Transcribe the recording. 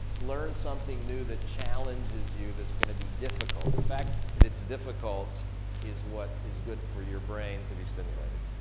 learn something new that challenges you, that's gonna be difficult. the fact that it's difficult is what is good for your brain to be stimulated.